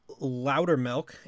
Loudermilk